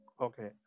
Okay